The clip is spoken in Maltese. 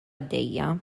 għaddejja